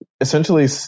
essentially